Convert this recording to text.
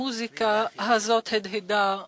המוסיקה הזאת הדהדה בתוכי.